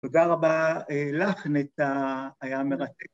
‫תודה רבה לך, נטע, היה מרתק.